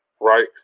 right